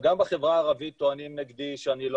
גם בחברה הערבית טוענים נגדי שאני לא